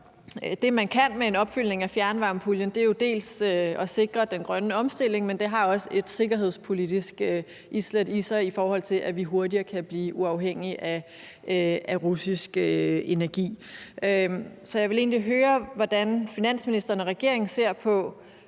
det, man kan med en opfyldning af fjernvarmepuljen, både at sikre den grønne omstilling, men også sikre, at det har et sikkerhedspolitisk islæt i sig, i forhold til at vi hurtigere kan blive uafhængige af russisk energi. Så jeg vil egentlig høre, hvordan finansministeren og regeringen ser på